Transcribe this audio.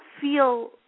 feel